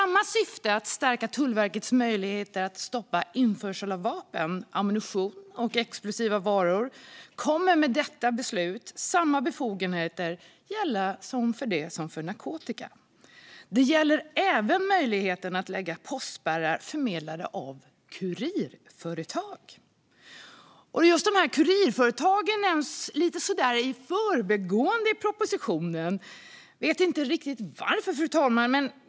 Med syfte att stärka Tullverkets möjligheter att stoppa införsel av vapen, ammunition och explosiva varor kommer med detta beslut samma befogenheter som för narkotika att gälla. Nu blir det även möjligt att lägga postspärrar på försändelser förmedlade av kurirföretag. Detta nämns bara lite i förbigående i propositionen, och jag vet inte riktigt varför.